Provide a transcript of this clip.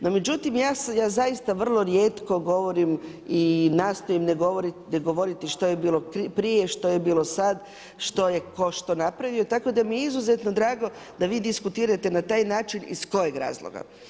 No međutim, ja zaista vrlo rijetko govorim i nastojim ne govoriti što je bilo prije, što je bilo sad, što je ko što napravio tako da mi je izuzetno drago da vi diskutirate na taj način iz kojeg razloga?